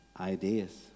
ideas